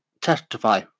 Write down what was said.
testify